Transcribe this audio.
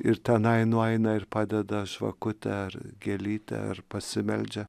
ir tenai nueina ir padeda žvakutę ar gėlytę ir pasimeldžia